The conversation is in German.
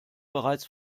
bereits